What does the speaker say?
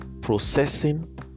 processing